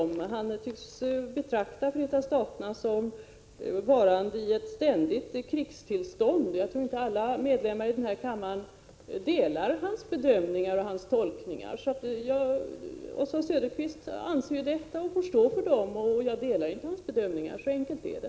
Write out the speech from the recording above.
Han tycks betrakta Förenta Staterna som varande i ett ständigt krigstillstånd, men jag tror inte att alla medlemmar i denna kammare delar hans bedömningar och tolkningar. Oswald Söderqvist får stå för sina bedömningar, men jag delar dem inte — så enkelt är det.